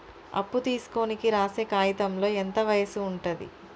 అప్పు తీసుకోనికి రాసే కాయితంలో ఎంత వయసు ఉంటది?